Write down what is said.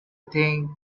think